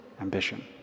ambition